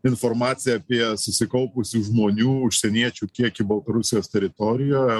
informaciją apie susikaupusių žmonių užsieniečių kiekį baltarusijos teritorijoje